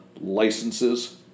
licenses